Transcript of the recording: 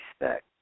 respect